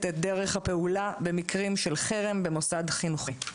את דרך הפעולה במקרים של חרם במוסד חינוכי.